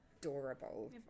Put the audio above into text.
adorable